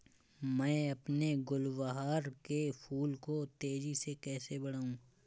मैं अपने गुलवहार के फूल को तेजी से कैसे बढाऊं?